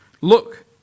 Look